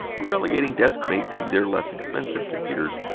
relegating deskmate to their less expensive computers.